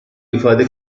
ifade